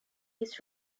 his